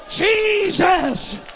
Jesus